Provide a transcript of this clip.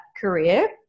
career